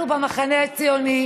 אנחנו, במחנה הציוני,